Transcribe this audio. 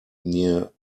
near